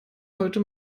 heute